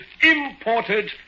imported